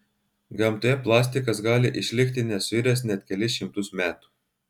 gamtoje plastikas gali išlikti nesuiręs net kelis šimtus metų